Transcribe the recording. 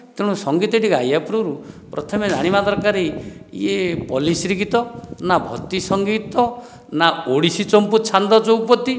ତେଣୁ ସଙ୍ଗୀତଟି ଗାଇବା ପୂର୍ବରୁ ପ୍ରଥମେ ଜାଣିବା ଦରକାର ଇଏ ପଲ୍ଲିଶ୍ରୀ ଗୀତ ନା ଭକ୍ତି ସଙ୍ଗୀତ ନା ଓଡ଼ିଶୀ ଚମ୍ପୁ ଛାନ୍ଦ ଚୌପତି